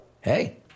Hey